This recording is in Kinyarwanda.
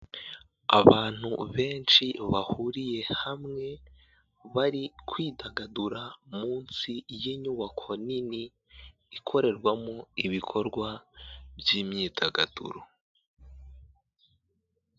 Abantu benshi bahuriye hamwe bari kwidagadura munsi y'inyubako nini ikorerwamo ibikorwa by'imyidagaduro.